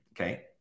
Okay